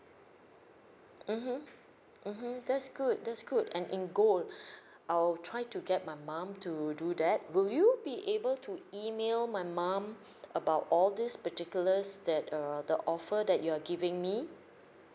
mmhmm mmhmm that's good that's good and in gold I'll try to get my mum to do that will you be able to email my mum about all these particulars that err the offer that you're giving me